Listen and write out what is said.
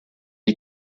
est